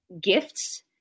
Gifts